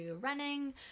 running